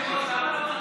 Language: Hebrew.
מה?